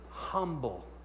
humble